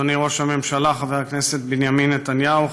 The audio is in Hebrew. אדוני ראש הממשלה חבר הכנסת בנימין נתניהו,